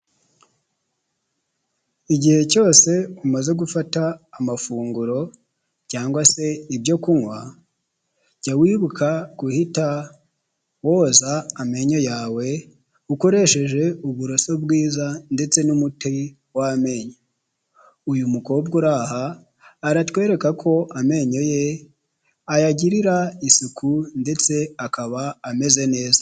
Igihe cyose umaze gufata amafunguro cyangwa se ibyo kunywa, jya wibuka guhita woza amenyo yawe ukoresheje uburoso bwiza ndetse n'umuti w'amenyo, uyu mukobwa uri aha aratwereka ko amenyo ye ayagirira isuku, ndetse akaba ameze neza.